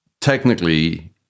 technically